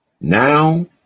Now